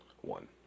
One